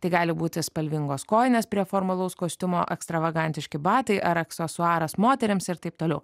tai gali būti spalvingos kojinės prie formalaus kostiumo ekstravagantiški batai ar aksesuaras moterims ir taip toliau